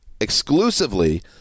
exclusively